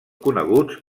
coneguts